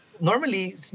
normally